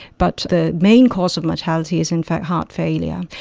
but the main cause of mortality is in fact heart failure.